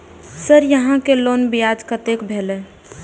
Sir यहां के loan ब्याज कतेक भेलेय?